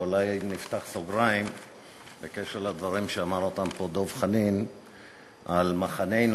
ואולי נפתח סוגריים בקשר לדברים שאמר פה דב חנין על מחננו